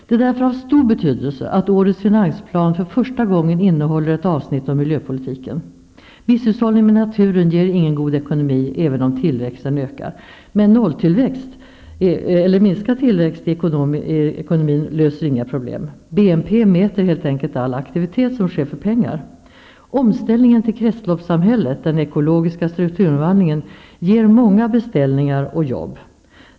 Det är därför av stor betydelse att årets finansplan för första gången innehåller ett avsnitt om miljöpolitiken. Misshushållning med naturen ger ingen god ekonomi, även om tillväxten ökar. Men nolltillväxt eller minskad tillväxt i ekonomin löser inga problem. BNP mäter helt enkelt all aktivitet som sker för pengar. > bOmställningen till kretsloppssamhället, den ekologiska strukturomvandlingen, ger många beställningar och jobb.